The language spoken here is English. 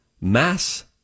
Mass